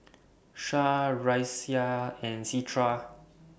Syah Raisya and Citra